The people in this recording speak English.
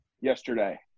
yesterday